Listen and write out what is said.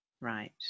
Right